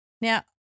Now